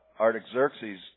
Artaxerxes